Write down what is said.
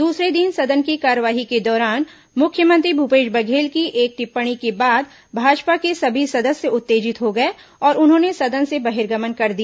दूसरे दिन सदन की कार्यवाही के दौरान मुख्यमंत्री भूपेश बघेल की एक टिप्पणी के बाद भाजपा के सभी सदस्य उत्तेजित हो गए और उन्होंने सदन से बहिर्गमन कर दिया